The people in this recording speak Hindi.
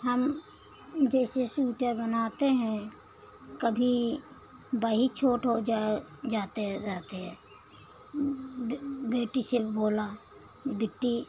हम जैसे सूटर बनाते हैं कभी वही छोट हो जाए जाते जाते बेटी बेटी से बोला बिट्टी